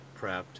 prepped